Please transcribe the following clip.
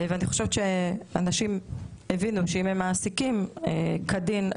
אנשים הבינו שאם הם מעסיקים כדין,